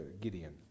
Gideon